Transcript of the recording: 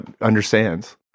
understands